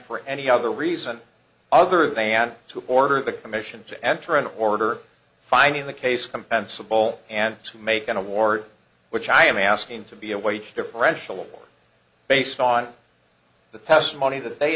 revamp or any other reason other than to order the commission to enter an order finding the case compensable and to make an award which i am asking to be a wage differential based on the testimony that they